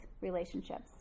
relationships